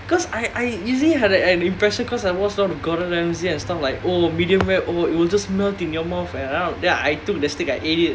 because I I usually had like an impression because I watch all of gordon ramsay and stuff like oh medium rare oh it will just melt in your mouth and all then I took the steak I ate it